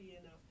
enough